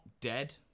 dead